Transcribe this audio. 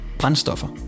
brændstoffer